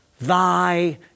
thy